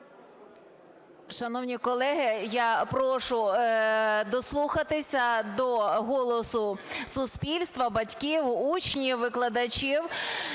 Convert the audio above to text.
Шановні колеги, я прошу дослухатися до голосу суспільства: батьків, учнів, викладачів.